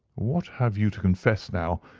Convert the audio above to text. what have you to confess now?